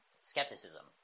skepticism